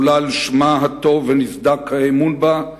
חולל שמה הטוב ונסדק האמון בה.